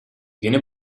viene